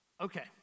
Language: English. Okay